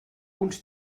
uns